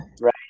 Right